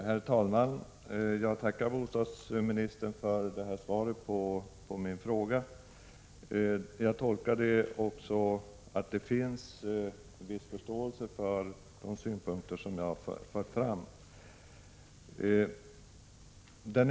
Herr talman! Jag tackar bostadsministern för svaret på min fråga. Jag tolkar det så, att det finns en viss förståelse för de synpunkter som jag för fram.